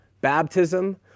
baptism